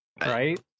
right